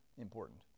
important